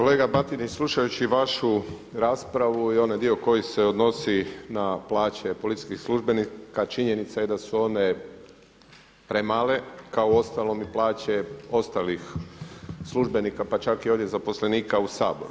Kolega Batinić, slušajući vašu raspravu i onaj dio koji se odnosi na plaće policijskih službenika, činjenica je da su one premale kao i uostalom i plaće ostalih službenika pa čak i onih zaposlenika u Saboru.